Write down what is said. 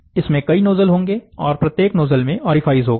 इसमें कई नोजल होंगे और प्रत्येक नोजल में ओरिफिस होंगे